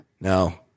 No